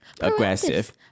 aggressive